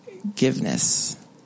forgiveness